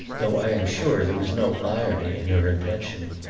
though i am sure there was no irony in her intention.